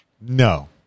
No